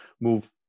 move